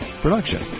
production